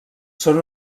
són